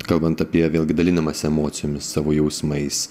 kalbant apie vėlgi dalinimąsi emocijomis savo jausmais